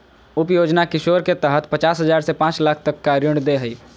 उप योजना किशोर के तहत पचास हजार से पांच लाख तक का ऋण दे हइ